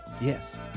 Yes